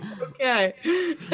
okay